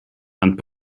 and